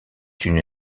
une